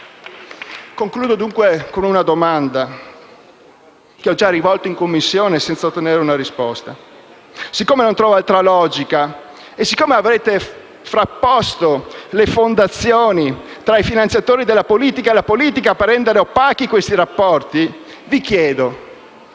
Concludo dunque con una domanda, che ho già rivolto in Commissione, senza ottenere una risposta. Siccome non trovo altra logica e siccome avete frapposto le fondazioni tra i finanziatori della politica e la politica, per rendere opachi questi rapporti, vi chiedo: